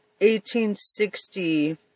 1860